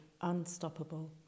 unstoppable